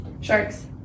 Sharks